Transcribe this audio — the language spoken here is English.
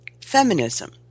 feminism